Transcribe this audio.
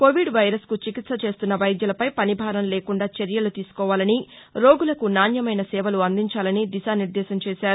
Covid virus కు చికిత్స చేస్తున్న వైద్యులపై పని భారం లేకుండా చర్య తీసుకోవాలని రోగులకు నాణ్యమైన సేవలు అందించాలని దిశానిర్దేశం చేశారు